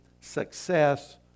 success